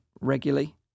regularly